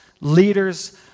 leaders